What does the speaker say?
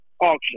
auction